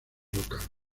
local